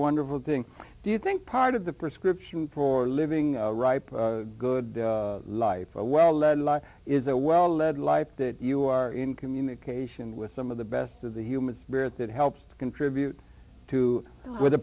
wonderful thing do you think part of the prescription for living ripe good life well led life is a well led life that you are in communication with some of the best of the human spirit that helps contribute to with a